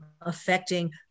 affecting